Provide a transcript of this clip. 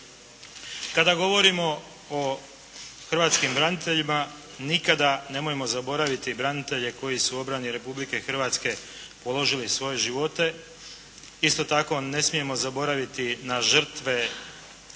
Kada govorimo o hrvatskim braniteljima nikada nemojmo zaboraviti branitelje koji su u obrani Republike Hrvatske položili svoje živote. Isto tako ne smijemo zaboraviti na žrtvu velikog